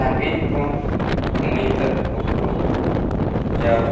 ᱥᱟᱺᱜᱤᱧ ᱠᱷᱚᱱ ᱱᱤᱛᱟᱜ ᱚᱠᱛᱚ ᱡᱟᱣ